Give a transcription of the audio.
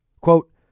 Quote